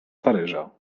paryża